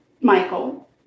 Michael